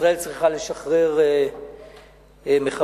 ישראל צריכה לשחרר מחבלים,